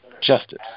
Justice